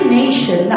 nation